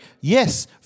yes